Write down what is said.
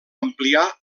ampliar